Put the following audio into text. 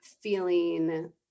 feeling